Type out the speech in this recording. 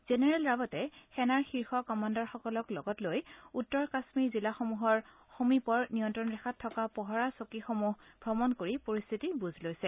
general ৰাৱাটে সেনাৰ শীৰ্ষ কমাণ্ডাৰসকলক লগত লৈ উব্ৰ কাশ্মীৰ জিলাসমূহৰ সমীপৰ নিয়ন্ত্ৰণৰেখাত থকা পহৰা চকীসমূহ ভ্ৰমণ কৰি পৰিশ্থিতিৰ বুজ লৈছে